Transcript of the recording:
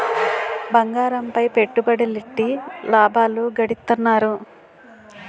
బంగారంపై పెట్టుబడులెట్టి లాభాలు గడిత్తన్నారు